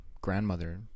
grandmother